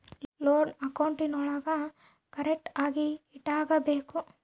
loan ಅಕೌಂಟ್ಗುಳ್ನೂ ಕರೆಕ್ಟ್ಆಗಿ ಇಟಗಬೇಕು